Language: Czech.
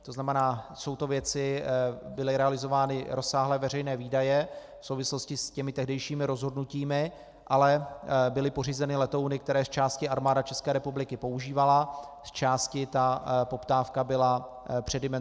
To znamená, byly realizovány rozsáhlé veřejné výdaje v souvislosti s těmi tehdejšími rozhodnutími, ale byly pořízeny letouny, které zčásti Armáda České republiky používala, zčásti ta poptávka byla předimenzovaná.